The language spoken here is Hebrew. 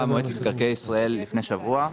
הייתה ישיבת מועצת מקרקעי ישראל לפני שבוע,